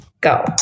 go